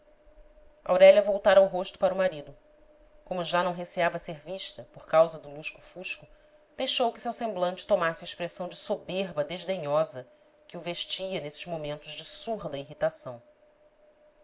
aurélia voltara o rosto para o marido como já não receava ser vista por causa do lusco-fusco deixou que seu semblante tomasse a expressão de soberba desdenhosa que o vestia nesses momentos de surda irritação